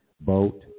boat